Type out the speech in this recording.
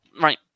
Right